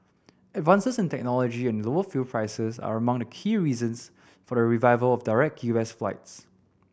advances in technology and lower fuel prices are among the key reasons for the revival of direct U S flights